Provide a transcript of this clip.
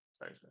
sorry